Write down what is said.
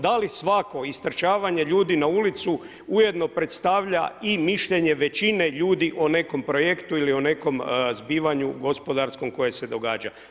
Da li svako istrčavanje ljudi na ulicu ujedno predstavlja i mišljenje većine ljudi o nekom projektu ili o nekom zbivanju gospodarskom koje se događa.